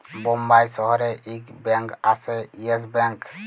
বোম্বাই শহরে ইক ব্যাঙ্ক আসে ইয়েস ব্যাঙ্ক